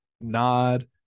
Nod